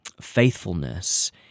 faithfulness